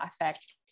affect